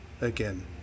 again